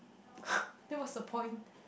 then what's the point